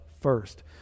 first